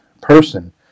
person